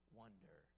wonder